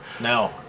No